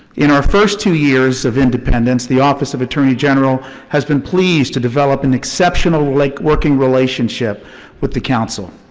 in our first two years of independent, the office of attorney general has been pleased to develop an exceptional like working relationship with the council.